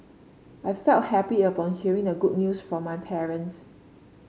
I felt happy upon hearing the good news from my parents